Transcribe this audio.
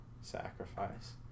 sacrifice